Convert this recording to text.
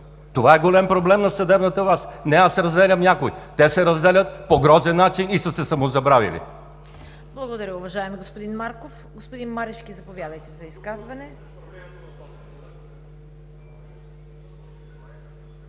Това е голям проблем на съдебната власт. Не аз разделям някой, те се разделят по грозен начин и са се самозабравили.